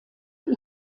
hari